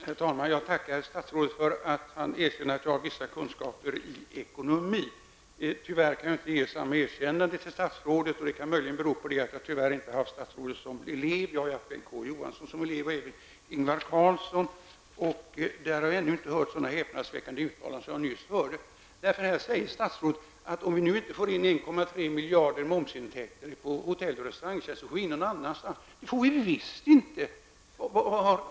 Herr talman! Jag tackar statsrådet för att han erkänner att jag har vissa kunskaper i ekonomi. Tyvärr kan jag inte ge samma erkännande till statsrådet. Möjligen kan det bero på att jag tyvärr inte har haft statsrådet som elev. Jag har haft Bengt K Å Johansson som elev och även Ingvar Carlsson. Från det hållet har jag ännu inte hört sådana häpnadsväckande uttalanden som jag nyss hörde. Här säger statsrådet att om vi inte får in 1,3 miljarder kronor i momsintäkter på hotell och restaurangtjänster får vi in det någon annanstans. Det får vi visst inte.